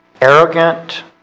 arrogant